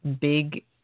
big